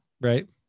Right